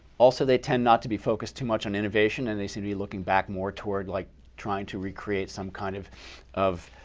also, they tend not to focus too much on innovation and they seem to be looking back more toward like trying to recreate some kind of of